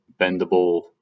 bendable